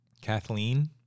Kathleen